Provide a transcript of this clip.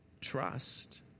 Trust